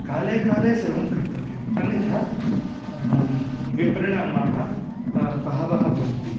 काले काले सर्वं कर्तव्यम् अन्यथा विपरिणामाः बहवः भवन्ति